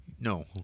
No